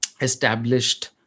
established